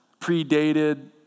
predated